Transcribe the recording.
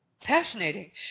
Fascinating